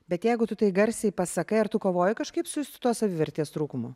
bet jeigu tu tai garsiai pasakai ar tu kovoji kažkaip su tuo savivertės trūkumu